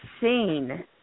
seen